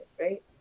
right